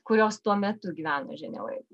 kurios tuo metu gyveno ženevoj